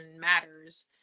matters